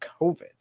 COVID